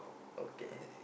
okay